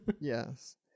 Yes